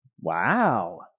Wow